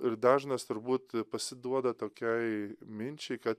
ir dažnas turbūt pasiduoda tokiai minčiai kad